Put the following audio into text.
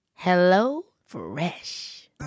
HelloFresh